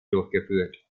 durchgeführt